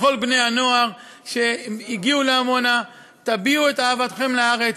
לכל בני-הנוער שהגיעו לעמונה: תביעו את אהבתכם לארץ,